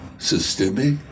systemic